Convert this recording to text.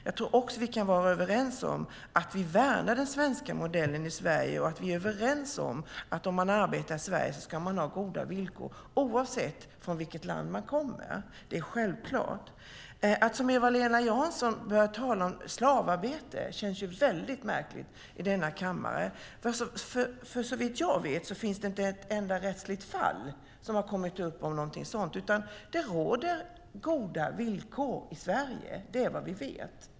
Jag tror också att vi kan vara överens om att vi värnar den svenska modellen i Sverige och att vi är överens om att om man arbetar i Sverige så ska man ha goda villkor, oavsett från vilket land man kommer. Det är självklart. Att som Eva-Lena Jansson börja tala om slavarbete känns väldigt märkligt i denna kammare. Såvitt jag vet finns det inte ett enda rättsligt fall som har kommit upp om någonting sådant. Det råder goda villkor i Sverige. Det är vad vi vet.